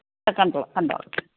ആ കണ്ടോളാം കണ്ടോളാം